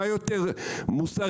מה יותר מוסרי,